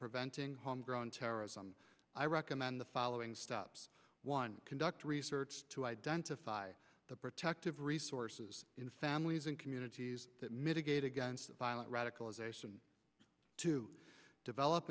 preventing homegrown terrorism i recommend the following steps one conduct research to identify the protective resources in families and communities that mitigate against violent radicalisation to develop